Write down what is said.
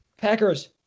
Packers